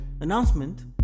Announcement